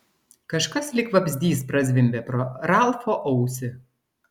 kažkas lyg vabzdys prazvimbė pro ralfo ausį